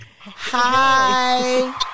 Hi